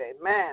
Amen